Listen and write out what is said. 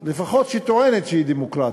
שהיא לפחות טוענת שהיא דמוקרטית,